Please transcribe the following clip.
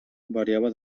variava